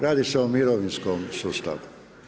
Radi se o mirovinskom sustavu.